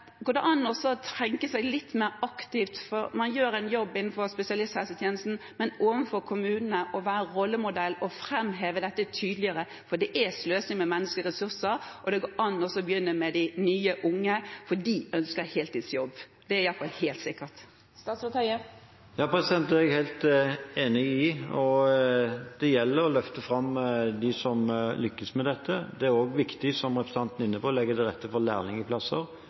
kommunene, være en rollemodell og framheve dette tydeligere? For det er sløsing med menneskelige ressurser. Det går an å begynne med de nye unge. De ønsker heltidsjobb, det er i hvert fall helt sikkert. Det er jeg helt enig i. Det gjelder å løfte fram dem som lykkes med dette. Det er også viktig, som representanten var inne på, å legge til rette for